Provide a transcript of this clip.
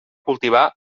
cultivar